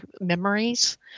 memories